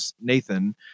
Nathan